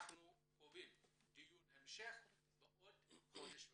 אנחנו קובעים דיון המשך בעוד חודש וחצי.